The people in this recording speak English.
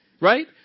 right